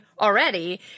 already